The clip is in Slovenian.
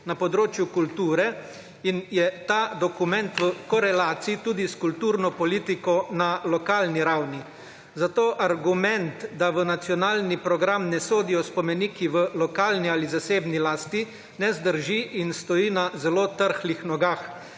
na področju kulture in je ta dokument v korelaciji tudi s kulturno politiko na lokalni ravni. Zato argument, da v nacionalni program ne sodijo spomeniki v lokalni ali zasebni lasti, ne zdrži in stoji na zelo trhlih nogah.